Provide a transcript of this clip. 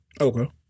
Okay